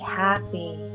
happy